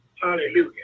Hallelujah